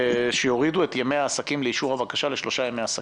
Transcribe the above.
שיורידו את ימי העסקים לאישור הבקשה לשלושה ימי עסקים.